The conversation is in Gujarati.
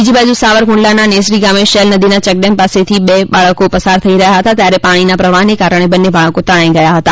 બીજી બાજુ સાવરકુંડલાના નેસડી ગામે શેલ નદીના ચેકડેમ પરથી બે બાળકો પસાર થઈ રહ્યા હતા ત્યારે પાણીના પ્રવાહના કારણે બંને બાળકો તણાઈ ગયા હતા